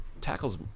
tackles